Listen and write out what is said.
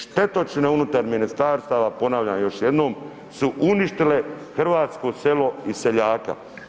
Štetočine unutar ministarstava, ponavljam još jednom su uništile hrvatsko selo i seljaka.